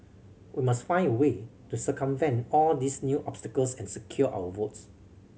we must find a way to circumvent all these new obstacles and secure our votes